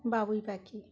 বাবুই পাখি